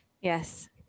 Yes